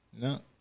no